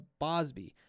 Bosby